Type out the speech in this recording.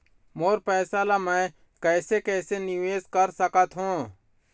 मोर पैसा ला मैं कैसे कैसे निवेश कर सकत हो?